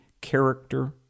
character